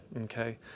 okay